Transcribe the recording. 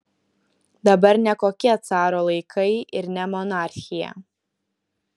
dabar ne kokie caro laikai ir ne monarchija